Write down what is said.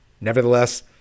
Nevertheless